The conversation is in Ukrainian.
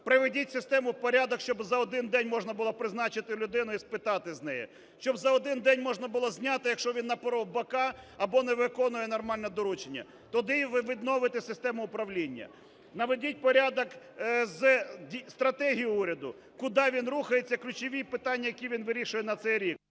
Приведіть систему в порядок, щоб за один день можна було б призначити людину і спитати з неї, щоб за один день можна було зняти, якщо він напоров бока або не виконує нормально доручення, тоді ви відновите систему управління. Наведіть порядок із стратегією уряду, куди він рухається, і ключові питання, які він вирішує на цей рік.